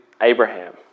Abraham